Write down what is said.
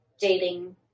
dating